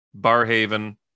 Barhaven